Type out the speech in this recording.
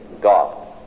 God